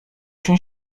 się